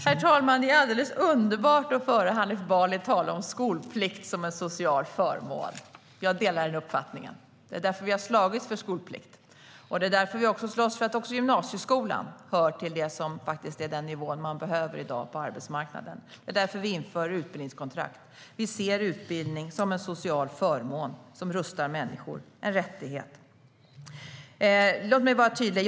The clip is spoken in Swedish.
Herr talman! Det är alldeles underbart att höra Hanif Bali tala om skolplikt som en social förmån. Jag delar den uppfattningen. Det är därför vi har slagits för skolplikt. Det är därför vi slåss för att gymnasieskolan ska höra till den nivå som man i dag behöver på arbetsmarknaden. Det är därför vi inför utbildningskontrakt. Vi ser utbildning som en social förmån som rustar människor och som en rättighet. Låt mig vara tydlig.